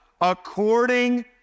According